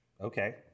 Okay